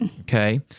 Okay